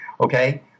Okay